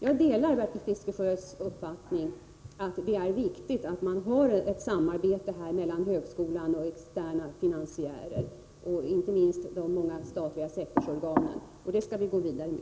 Jag delar Bertil Fiskesjös uppfattning att det är viktigt att man har ett samarbete mellan högskolan och externa finansiärer, inte minst de många statliga sektorsorganen. På den vägen skall vi gå vidare.